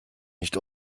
nicht